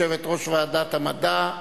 יושבת-ראש ועדת המדע.